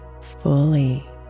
fully